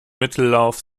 mittellauf